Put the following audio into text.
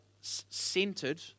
centered